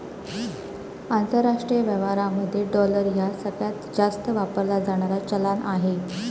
आंतरराष्ट्रीय व्यवहारांमध्ये डॉलर ह्या सगळ्यांत जास्त वापरला जाणारा चलान आहे